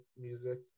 music